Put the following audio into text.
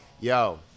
yo